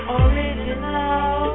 original